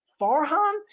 Farhan